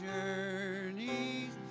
journeys